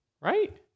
Right